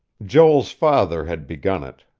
joel's father had begun it,